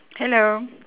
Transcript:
hello